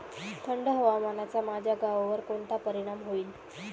थंड हवामानाचा माझ्या गव्हावर कोणता परिणाम होईल?